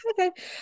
Okay